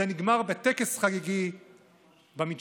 זה נגמר בטקס חגיגי במדשאה.